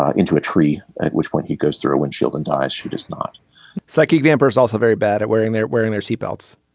ah into a tree at which point he goes through a windshield and dies. she does not psychic vampire is also very bad at wearing they're wearing their seat belts.